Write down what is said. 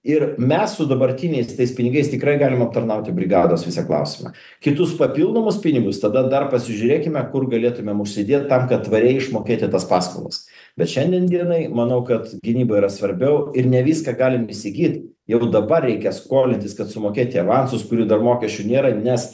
ir mes su dabartiniais tais pinigais tikrai galim aptarnauti brigados visą klausimą kitus papildomus pinigus tada dar pasižiūrėkime kur galėtumėm užsidėt kad tvariai išmokėti tas paskolas bet šiandien dienai manau kad gynyba yra svarbiau ir ne viską galim įsigyt jau dabar reikia skolintis kad sumokėti avansus kurių dar mokesčių nėra nes